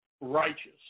righteous